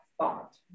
thought